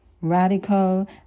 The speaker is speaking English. radical